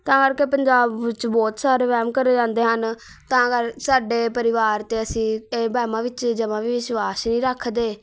ਤਾਂ ਕਰਕੇ ਪੰਜਾਬ ਵਿੱਚ ਬਹੁਤ ਸਾਰੇ ਵਹਿਮ ਕਰੇ ਜਾਂਦੇ ਹਨ ਤਾਂ ਕਰ ਸਾਡੇ ਪਰਿਵਾਰ ਅਤੇ ਅਸੀਂ ਇਹ ਵਹਿਮਾਂ ਵਿੱਚ ਜਮ੍ਹਾਂ ਵੀ ਵਿਸ਼ਵਾਸ ਨਹੀਂ ਰੱਖਦੇ